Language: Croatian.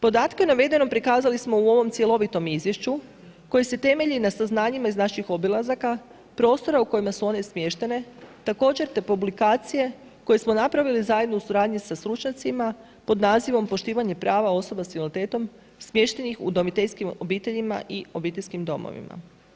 Podatke navedenom prikazali smo u ovom cjelovitom izvješću koje se temelji na saznanjima iz naših obilazaka, prostora u kojima su one smještene, također te publikacije koje smo napravili zajedno u suradnji sa stručnjacima pod nazivom Poštivanje prava osoba s invaliditetom smještenih u udomiteljskim obiteljima i obiteljskim domovima.